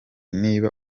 niba